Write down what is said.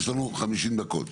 יש לנו חמישים דקות.